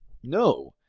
no!